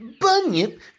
Bunyip